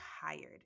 tired